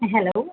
ആ ഹലോ